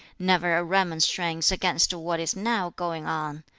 never a remonstrance against what is now going on!